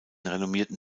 renommierten